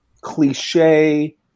cliche